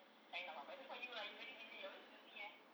kind of ah except for you ah you very busy always busy eh